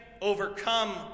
overcome